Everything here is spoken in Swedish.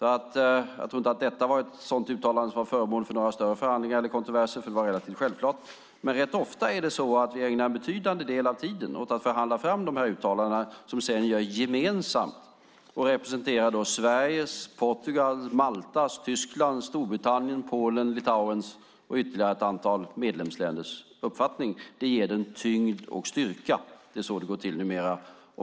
Jag tror inte att detta var ett uttalande som var föremål för några större förhandlingar eller kontroverser eftersom det var relativt självklart. Men rätt ofta är det så att vi ägnar betydande del av tiden åt att förhandla fram de uttalanden som vi sedan gör gemensamt och representerar Sveriges, Portugals, Maltas, Tysklands, Storbritanniens, Polens, Litauens och ytterligare ett antal medlemsländers uppfattning. Det ger dem tyngd och styrka. Det är så det går till numera.